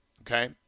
okay